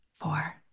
four